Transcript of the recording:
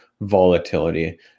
volatility